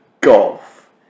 Golf